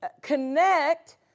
connect